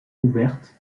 ouvertes